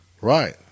Right